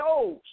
shows